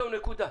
זהו, נקודה.